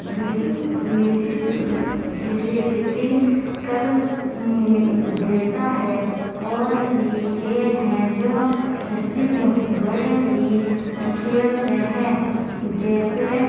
وشی وشے پتی کر دیتا ہے اور بھی کھیل ہیں جو صرف بڑے ہی کھیلتے ہیں جیسے